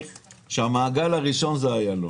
שהמעגל הראשון זה איילון